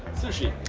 sushi.